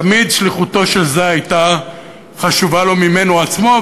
תמיד שליחותו של זה הייתה חשובה לו ממנו עצמו.